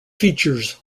features